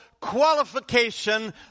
qualification